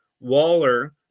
Waller